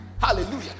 Hallelujah